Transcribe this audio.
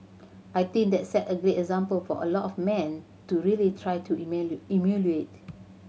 I think that sets a great example for a lot of men to really try to emulate